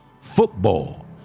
Football